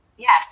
Yes